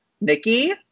Nikki